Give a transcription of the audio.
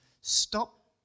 Stop